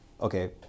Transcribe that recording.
Okay